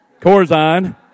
Corzine